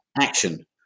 action